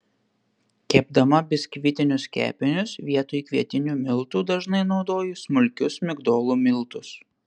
kepdama biskvitinius kepinius vietoj kvietinių miltų dažnai naudoju smulkius migdolų miltus